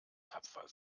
tapfer